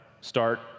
Start